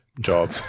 job